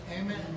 Amen